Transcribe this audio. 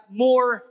more